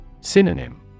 Synonym